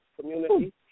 community